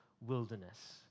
wilderness